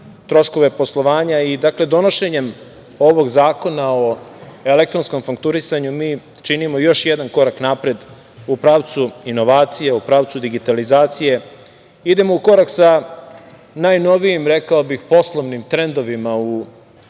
troškove poslovanja. Dakle, donošenjem ovog zakona o elektronskom fakturisanju, mi činimo još jedan korak napred u pravcu inovacija, u pravcu digitalizacije, idemo u korak sa najnovijim rekao bih poslovnim trendovima u